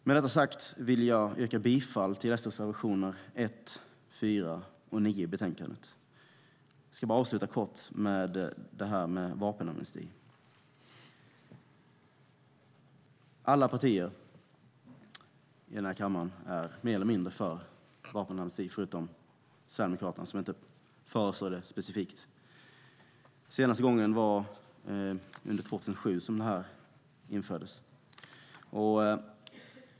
Med detta sagt vill jag yrka bifall till Sverigedemokraternas reservationer 1, 4 och 9 i betänkandet. Jag ska avsluta kort med att säga något om vapenamnesti. Alla partier i kammaren är mer eller mindre för vapenamnesti, förutom Sverigedemokraterna, som inte föreslår det specifikt. Senaste gången vi hade vapenamnesti var 2007.